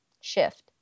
shift